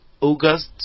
August